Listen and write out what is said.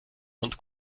und